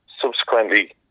subsequently